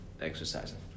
exercising